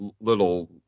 little